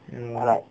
mm